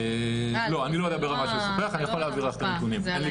יכול להעביר אליך את הנתונים, אין לי